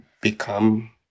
become